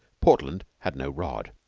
portland had no rod.